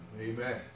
Amen